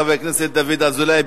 חבר הכנסת דוד אזולאי.